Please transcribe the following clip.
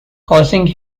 causing